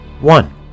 One